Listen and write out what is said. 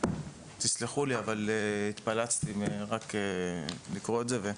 תסלחו לי אבל התפלצתי רק מלקרוא את זה.